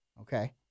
Okay